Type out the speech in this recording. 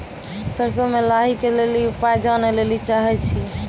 सरसों मे लाही के ली उपाय जाने लैली चाहे छी?